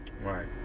Right